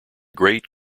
great